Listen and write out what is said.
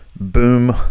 boom